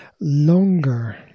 longer